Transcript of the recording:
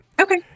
Okay